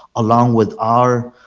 along with our